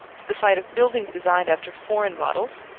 to the sight of buildings designed after foreign models,